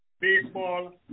baseball